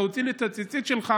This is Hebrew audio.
תוציא לי את הציצית שלך,